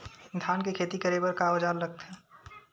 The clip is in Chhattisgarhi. धान के खेती करे बर का औजार लगथे?